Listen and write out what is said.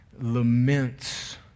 laments